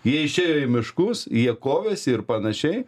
jie išėjo į miškus jie kovėsi ir panašiai